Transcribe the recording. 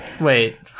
Wait